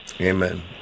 Amen